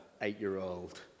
eight-year-old